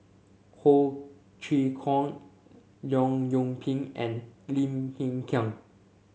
Ho Chee Kong Leong Yoon Pin and Lim Hng Kiang